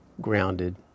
grounded